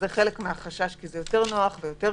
אז אני